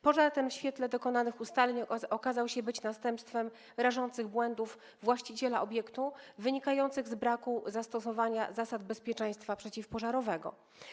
Pożar ten, w świetle dokonanych ustaleń, okazał się następstwem rażących błędów właściciela obiektu, wynikających z braku zastosowania zasad bezpieczeństwa przeciwpożarowego.